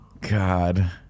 God